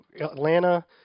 Atlanta